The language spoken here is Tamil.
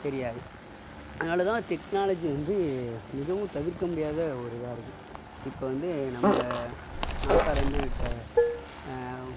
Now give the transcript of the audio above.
தெரியாது அதனால்தான் டெக்னாலஜி வந்து மிகவும் தவிர்க்க முடியாத ஒரு இதாக இருக்குது இப்போ வந்து நம்ம நாசாவில இருந்து விட்ட